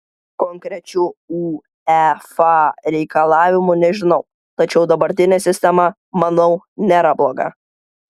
konkrečių uefa reikalavimų nežinau tačiau dabartinė sistema manau nėra bloga